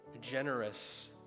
generous